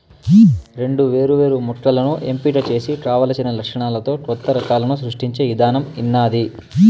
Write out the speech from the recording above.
రెండు వేరు వేరు మొక్కలను ఎంపిక చేసి కావలసిన లక్షణాలతో కొత్త రకాలను సృష్టించే ఇధానం ఉన్నాది